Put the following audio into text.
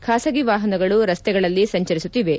ಖಾಸಗಿ ವಾಹನಗಳು ರಸ್ತೆಗಳಲ್ಲಿ ಸಂಚರಿಸುತ್ತಿವೆ